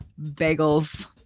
bagels